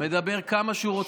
מדבר כמה שהוא רוצה.